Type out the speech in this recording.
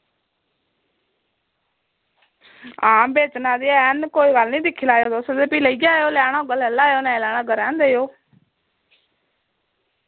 हां बेचना ते ऐ कोई गल्ल नी दिक्खी लैएओ तुस ते फ्ही लेई जायो लैना होगा ले लैएओ नेईं लैना होगा रैह्न देओ